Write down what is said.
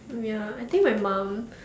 ya I think my mum